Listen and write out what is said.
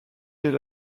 est